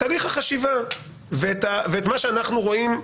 את הליך החשיבה ואת מה שאנחנו רואים.